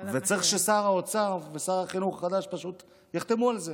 וצריך ששר האוצר ושר החינוך החדש פשוט יחתמו על זה